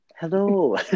hello